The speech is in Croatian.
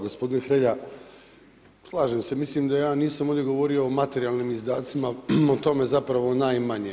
Gospodine Hrelja, slažem se, mislim da ja ovdje nisam govorio o materijalnim izdacima, o tome zapravo najmanje.